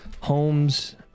homes